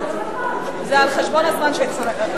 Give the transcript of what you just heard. זה על חשבון הזמן שלך.